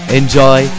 enjoy